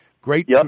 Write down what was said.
great